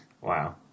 Wow